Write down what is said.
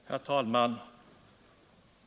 Herr talman!